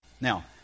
Now